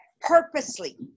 purposely